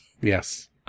Yes